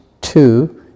two